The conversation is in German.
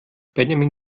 benjamin